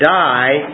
die